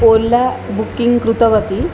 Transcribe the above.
Ola booking कृतवती